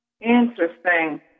Interesting